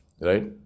right